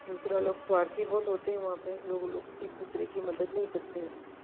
दूसरा लोग स्वार्थी बहुत होते हैं वहाँ पर लोग लोग एक दूसरे की मदद नहीं करते हैं